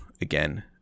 again